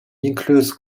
includes